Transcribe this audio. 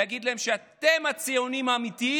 להגיד להם: אתם הציונים האמיתיים,